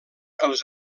els